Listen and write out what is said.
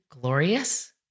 glorious